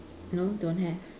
no don't have